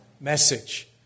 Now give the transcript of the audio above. message